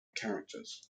characters